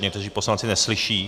Někteří poslanci neslyší.